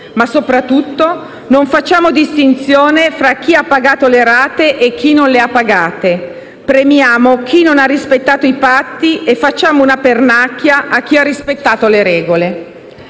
Soprattutto, però, non facciamo distinzione fra chi ha pagato le rate e chi non le ha pagate. Premiamo chi non ha rispettato i patti e facciamo una pernacchia a chi ha rispettato le regole.